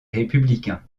républicains